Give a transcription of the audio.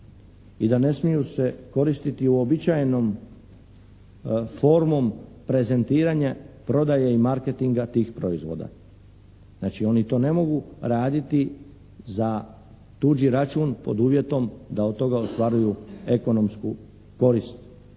I da ne smiju se koristiti uobičajenom formom prezentiranja prodaje i marketinga tih proizvoda. Znači oni to ne mogu raditi za tuđi račun pod uvjetom da od toga ostvaruju ekonomsku korist.